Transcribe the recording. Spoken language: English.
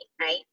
right